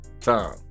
time